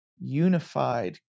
unified